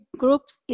groups